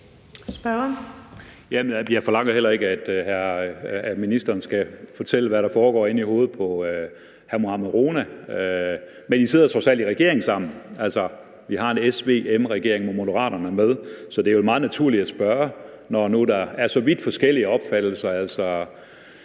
Jeg forlanger heller ikke, at ministeren skal fortælle, hvad der foregår inde i hovedet på hr. Mohammad Rona, men I sidder trods alt i regering sammen. Altså, vi har en SVM-regering, som Moderaterne er med i, så det er vel meget naturligt at spørge, når der nu er så vidt forskellige opfattelser.